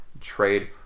trade